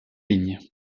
ligne